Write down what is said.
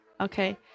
Okay